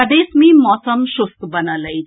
प्रदेश मे मौसम शुष्क बनल अछि